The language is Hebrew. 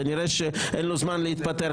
כנראה שאין לו זמן להתפטר,